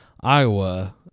Iowa